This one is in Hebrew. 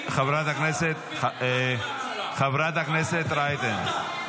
תגיד --- חברת הכנסת רייטן.